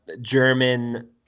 German